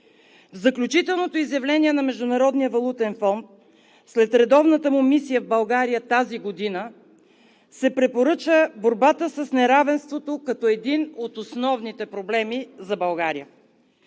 В заключителното изявление на Международния валутен фонд след редовната му мисия в България тази година се препоръча борбата с неравенството като един от основните проблеми за България.